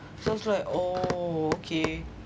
so I was like oh okay